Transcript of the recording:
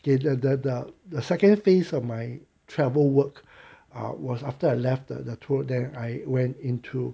okay the the the the second phase of my travel work uh was after I left at the tour that I went into